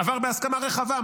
עבר בהסכמה רחבה,